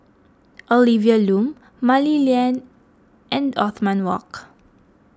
Olivia Lum Mah Li Lian and Othman Wok